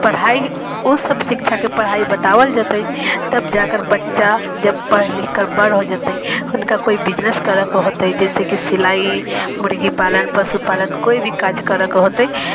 पढ़ाइ ओसब शिक्षा के पढ़ाइ बताओल जेतै तब जाकर बच्चा जब पढ़ लिख कर बर हो जेतै हुनका कोइ बिजनेस करऽ के होतै जैसे की सिलाई मुर्गी पालन पशु पालन कोइ भी काज करऽ के होतै